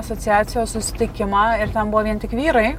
asociacijos susitikimą ir ten buvo vien tik vyrai